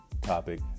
topic